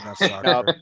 No